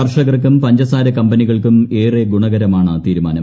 കർഷകർക്കും പഞ്ചസാര കമ്പനികൾക്കും ഏറെ ഗുണകരമാണ് തീരുമാനം